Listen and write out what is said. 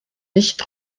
nicht